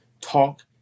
talk